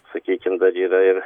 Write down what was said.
sakykim dar yra ir